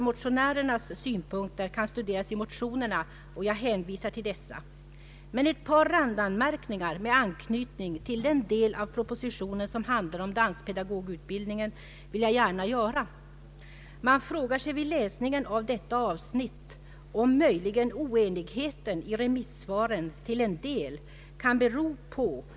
Motionärernas synpunkter kan studeras i motionerna, och jag hänvisar till dessa. Ett par randanmärkningar med anknytning till den del av propositionen som handlar om danspedagogutbildningen vill jag dock gärna göra. Man frågar sig vid läsningen av detta avsnitt om möjligen oenigheten i remisssvaren till en del kan bero på att re Ang.